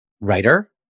writer